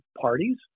parties